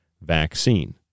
vaccine